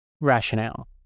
rationale